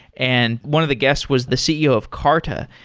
and one of the guest was the ceo of carta,